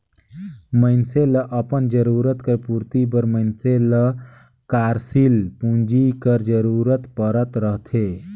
मइनसे ल अपन जरूरत कर पूरति बर मइनसे ल कारसील पूंजी कर जरूरत परत रहथे